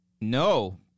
no